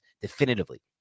definitively